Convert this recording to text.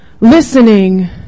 Listening